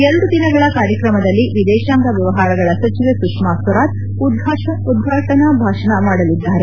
ಎರಡು ದಿನಗಳ ಕಾರ್ಯಕ್ರಮದಲ್ಲಿ ವಿದೇಶಾಂಗ ವ್ವವಹಾರಗಳ ಸಚಿವೆ ಸುಷ್ನಾ ಸ್ವರಾಜ್ ಉದ್ವಾಟನಾ ಭಾಷಣ ಮಾಡಲಿದ್ದಾರೆ